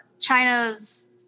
China's